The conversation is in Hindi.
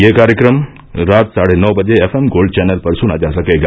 ये कार्यक्रम रात साढ़े नौ बजे एफ एम गोल्ड चैनल पर सुना जा सकेगा